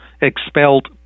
expelled